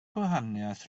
gwahaniaeth